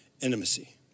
intimacy